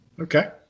Okay